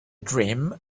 dream